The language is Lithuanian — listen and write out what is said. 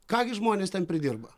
ką gi žmonės ten pridirba